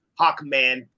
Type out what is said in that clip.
Hawkman